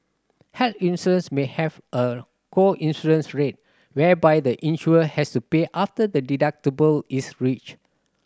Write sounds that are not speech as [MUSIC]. health [UNINTELLIGIBLE] may have a co insurance rate whereby the insured has to pay after the deductible is reached